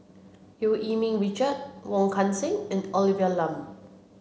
Eu Yee Ming Richard Wong Kan Seng and Olivia Lum